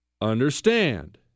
Understand